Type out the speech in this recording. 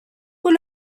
con